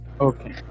Okay